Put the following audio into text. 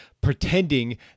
pretending